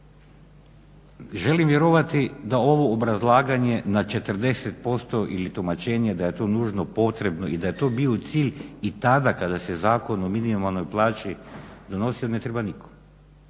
do 50. Želim vjerovati da ovo obrazlaganje na 40% ili tumačenje da je to nužno potrebno i da je to bio cilj i tada kada se Zakon o minimalnoj plaći donosi ne treba nitko.